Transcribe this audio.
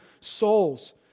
souls